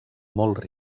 molt